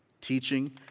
teaching